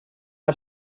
are